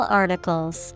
articles